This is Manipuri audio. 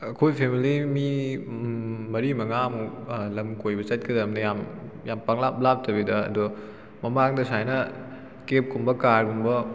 ꯑꯩꯈꯣꯏ ꯐꯦꯃꯂꯤ ꯃꯤ ꯃꯔꯤ ꯃꯉꯥꯃꯨꯛ ꯂꯝ ꯀꯣꯏꯕ ꯆꯠꯀꯗꯕꯅꯦ ꯌꯥꯝ ꯌꯥꯝꯅ ꯄꯪꯂꯥꯞ ꯂꯥꯞꯇꯕꯤꯗ ꯑꯗꯣ ꯃꯃꯥꯡꯗ ꯁꯥꯏꯅ ꯀꯦꯕꯀꯨꯝꯕ ꯀꯥꯔꯒꯨꯝꯕ